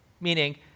Meaning